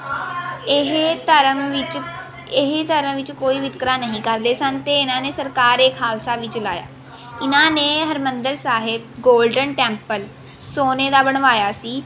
ਇਹ ਧਰਮ ਵਿੱਚ ਇਹ ਧਰਮ ਵਿੱਚ ਕੋਈ ਵਿਤਕਰਾ ਨਹੀਂ ਕਰਦੇ ਸਨ ਅਤੇ ਇਹਨਾਂ ਨੇ ਸਰਕਾਰ ਏ ਖਾਲਸਾ ਵੀ ਚਲਾਇਆ ਇਨ੍ਹਾਂ ਨੇ ਹਰਿਮੰਦਰ ਸਾਹਿਬ ਗੋਲਡਨ ਟੈਂਪਲ ਸੋਨੇ ਦਾ ਬਣਵਾਇਆ ਸੀ